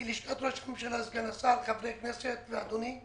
מלשכת ראש הממשלה, סגן השר, חברי הכנסת, ואדוני.